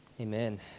Amen